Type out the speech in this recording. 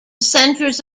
centres